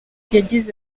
yagize